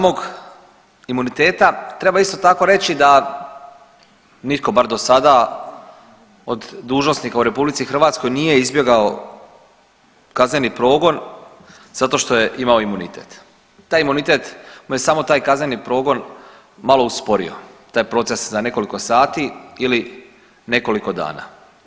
Što se tiče samog imuniteta treba isto tako reći da nitko bar do sada od dužnosnika u RH nije izbjegao kazneni progon zato što je imao imunitet, taj imunitet mu je samo taj kazneni progon malo usporio, taj proces za nekoliko sati ili nekoliko dana.